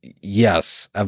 Yes